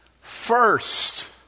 first